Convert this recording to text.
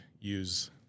use